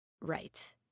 right